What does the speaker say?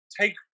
take